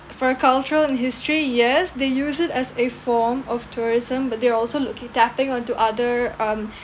for a cultural and history yes they use it as a form of tourism but they're also looking tapping onto other um